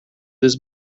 this